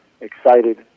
excited